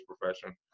profession